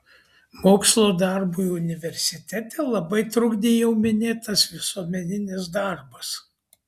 mokslo darbui universitete labai trukdė jau minėtas visuomeninis darbas